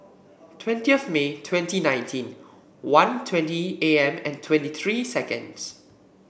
twentieth May twenty nineteen one twenty A M and twenty three seconds